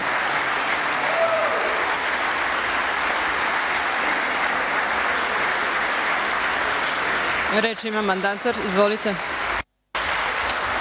Reč ima mandatar. Izvolite.